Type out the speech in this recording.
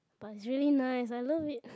but it's really nice I love it